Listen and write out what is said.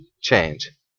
change